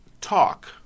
talk